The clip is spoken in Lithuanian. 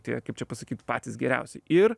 tie kaip čia pasakyt patys geriausi ir